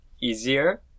easier